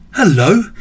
Hello